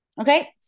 Okay